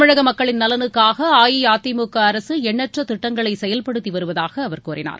தமிழக மக்களின் நலனுக்காக அஇஅதிமுக அரசு எண்ணற்ற திட்டங்களை செயல்படுத்தி வருவதாக அவர் கூறினார்